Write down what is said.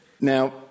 Now